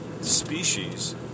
species